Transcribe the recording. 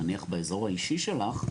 נניח באזור האישי שלך,